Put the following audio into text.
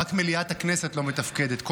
רק מליאת הכנסת לא מתפקדת.